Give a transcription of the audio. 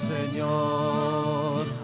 Señor